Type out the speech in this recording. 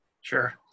Sure